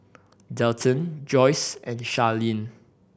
Delton Joyce and Charlene